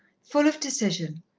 full of decision,